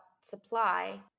supply